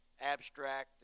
abstract